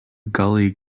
gully